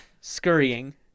scurrying